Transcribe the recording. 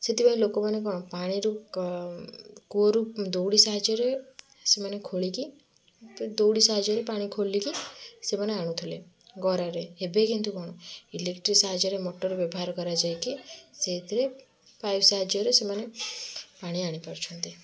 ସେଥିପାଇଁ ଲୋକମାନେ କଣ ପାଣିରୁ ଗ କୂଅରୁ ଦୌଡ଼ି ସାହାଯ୍ୟରେ ସେମାନେ ଖୋଳିକି ଦ ଦୌଡ଼ି ସାହାଯ୍ୟରେ ପାଣି ଖୋଲିକି ସେମାନେ ଆଣୁଥିଲେ ଗରାରେ ଏବେ କିନ୍ତୁ କଣ ଇଲେକ୍ଟ୍ରିକ୍ ସହାଯ୍ୟରେ ମୋଟର୍ ବ୍ୟବହାର କରାଯାଇକି ସେଇଥିରେ ପାଇପ୍ ସାହାଯ୍ୟରେ ସେମାନେ ପାଣି ଆଣିପାରୁଛନ୍ତି